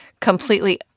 completely